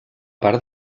part